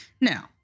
Now